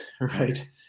Right